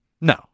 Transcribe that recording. No